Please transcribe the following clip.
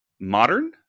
modern